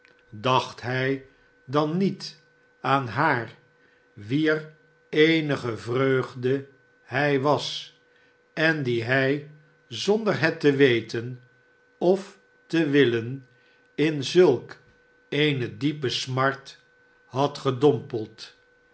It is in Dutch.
dacht hij dan niet aan haar wier eenige vreugde hij was en die hij zonder het te weten of te willen in zulk eene diepe smart had gedompeld